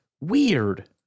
Weird